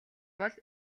бол